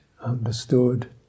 understood